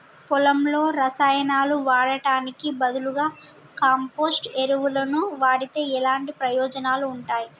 పొలంలో రసాయనాలు వాడటానికి బదులుగా కంపోస్ట్ ఎరువును వాడితే ఎలాంటి ప్రయోజనాలు ఉంటాయి?